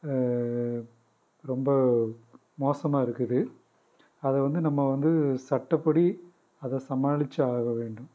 ரொம்ப மோசமாக இருக்குது அதை வந்து நம்ம வந்து சட்டப்படி அதை சமாளிச்சு ஆக வேண்டும்